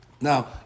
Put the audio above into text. Now